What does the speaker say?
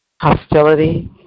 hostility